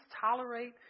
tolerate